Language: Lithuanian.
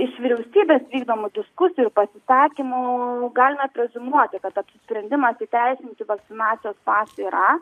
iš vyriausybės vykdomų diskusijų ir pasisakymų galima preziumuoti kad apsisprendimas įteisinti vakcinacijos pasą yra